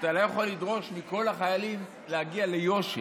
ואתה לא יכול לדרוש מכל החיילים להגיע ליושר.